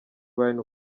wine